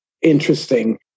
interesting